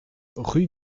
rue